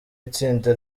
itsinda